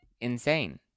insane